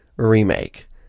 remake